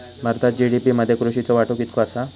भारतात जी.डी.पी मध्ये कृषीचो वाटो कितको आसा?